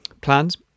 plans